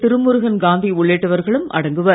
திருமுருகன் காந்தி உள்ளிட்டவர்களும் அடங்குவர்